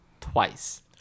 twice